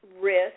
risk